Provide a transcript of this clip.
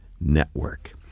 Network